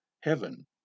Heaven